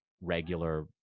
regular